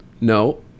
no